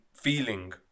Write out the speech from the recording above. feeling